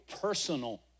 personal